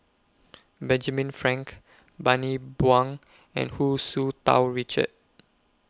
Benjamin Frank Bani Buang and Hu Tsu Tau Richard